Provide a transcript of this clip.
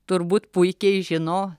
turbūt puikiai žino